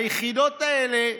היחידות האלה,